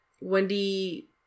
Wendy